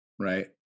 right